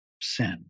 sin